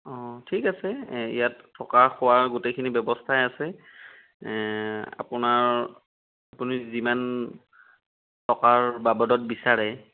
অ' ঠিক আছে ইয়াত থকা খোৱা গোটেইখিনি ব্যৱস্থাই আছে এ আপোনাৰ আপুনি যিমান টকাৰ বাবদত বিচাৰে